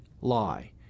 lie